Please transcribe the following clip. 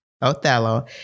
Othello